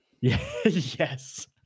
Yes